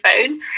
phone